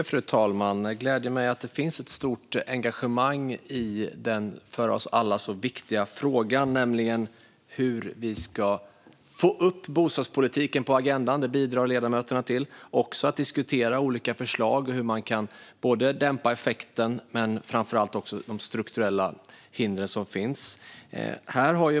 Fru talman! Det gläder mig att det finns ett stort engagemang i denna för oss alla så viktiga fråga, nämligen hur vi ska få upp bostadspolitiken på agendan. Det bidrar ledamöterna till, och också till att diskutera olika förslag om hur man kan dämpa effekten och framför allt få bort de strukturella hinder som finns.